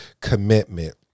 commitment